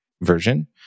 version